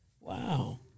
Wow